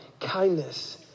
kindness